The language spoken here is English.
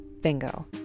bingo